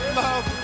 love